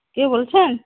ᱠᱮ ᱵᱚᱞᱪᱷᱮᱱ